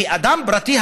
כי אדם פרטי,